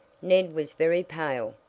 ned was very pale.